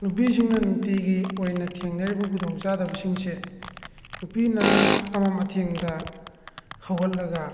ꯅꯨꯄꯤꯁꯤꯡꯅ ꯅꯨꯡꯇꯤꯒꯤ ꯑꯣꯏꯅ ꯊꯦꯡꯅꯔꯤꯕ ꯈꯨꯗꯣꯡ ꯆꯥꯗꯕꯁꯤꯡꯁꯦ ꯅꯨꯄꯤꯅ ꯑꯃꯝ ꯑꯊꯦꯡꯗ ꯍꯧꯒꯠꯂꯒ